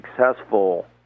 successful